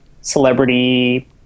celebrity